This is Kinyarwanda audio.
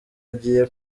agiye